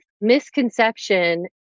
misconception